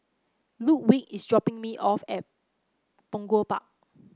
Ludwig is dropping me off at Punggol Park